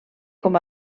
com